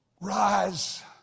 Rise